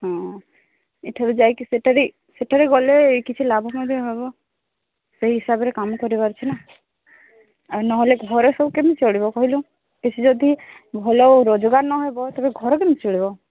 ହଁ ଏଠାରୁ ଯାଇକି ସେଠାରେ ସେଠାରେ ଗଲେ କିଛି ଲାଭ ମଧ୍ୟ ହେବ ସେଇ ହିସାବରେ କାମ କରିବାର ଅଛିନା ଆଉ ନହେଲେ ଘରେ ସବୁ କେମିତି ଚଳିବ କହିଲୁ କିଛି ଯଦି ଭଲ ରୋଜଗାର ନହେବ ତେବେ ଘର କେମିତି ଚଳିବ